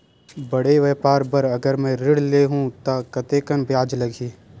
बड़े व्यापार बर अगर मैं ऋण ले हू त कतेकन ब्याज लगही?